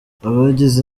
abagize